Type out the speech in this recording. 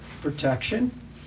protection